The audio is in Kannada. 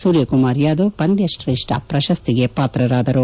ಸೂರ್ಯಕುಮಾರ್ ಯಾದವ್ ಪಂದ್ಯ ಶ್ರೇಷ್ಠ ಪ್ರಶಸ್ತಿಗೆ ಪಾತ್ರರಾದರು